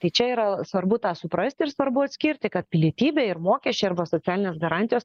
tai čia yra svarbu tą suprasti ir svarbu atskirti kad pilietybė ir mokesčiai arba socialinės garantijos